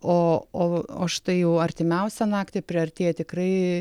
o o o štai jau artimiausią naktį priartėja tikrai